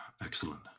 Excellent